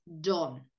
done